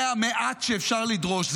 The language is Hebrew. זה המעט שאפשר לדרוש.